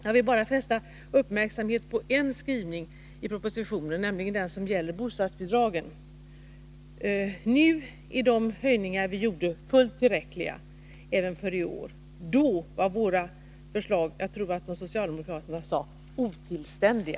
Jag vill bara fästa uppmärksamhet på en skrivning i propositionen, nämligen den som gäller bostadsbidragen. Nu är de höjningar vi gjorde fullt tillräckliga även för i år — då var våra förslag ”otillständiga”, som jag tror att socialdemokraterna sade.